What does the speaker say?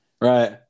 Right